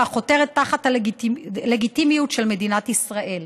החותרת תחת הלגיטימיות של מדינת ישראל.